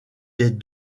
des